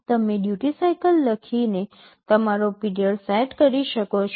તમે duty cycle લખીને તમારો પીરિયડ સેટ કરી શકો છો